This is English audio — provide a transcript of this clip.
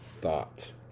thought